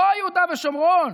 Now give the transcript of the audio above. לא יהודה ושומרון.